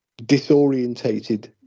disorientated